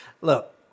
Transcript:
Look